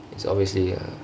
is always really hard